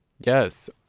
Yes